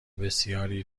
بسیاری